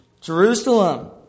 Jerusalem